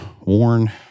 worn